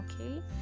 okay